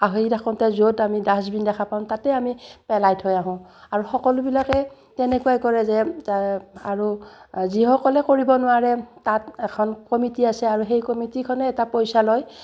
আহি থাকোঁতে য'ত আমি ডাষ্টবিন দেখা পাওঁ তাতে আমি পেলাই থৈ আহোঁ আৰু সকলোবিলাকে তেনেকুৱাই কৰে যে আৰু যিসকলে কৰিব নোৱাৰে তাত এখন কমিটি আছে আৰু সেই কমিটিখনে এটা পইচা লয়